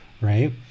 right